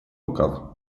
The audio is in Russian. рукав